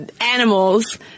animals